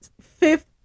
fifth